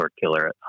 killer